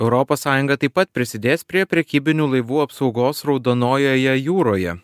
europos sąjunga taip pat prisidės prie prekybinių laivų apsaugos raudonojoje jūroje